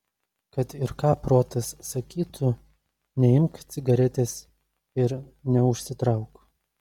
kad ir ką protas sakytų neimk cigaretės ir neužsitrauk